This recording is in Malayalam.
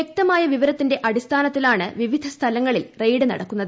വൃക്തമായ വിവരത്തിന്റെ അടിസ്ഥാനത്തിലാണ് വിവിധ സ്ഥലങ്ങളിൽ റെയ്ഡ് നടക്കുന്നത്